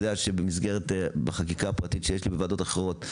במסגרת החקיקה הפרטית שיש לי בוועדות אחרות,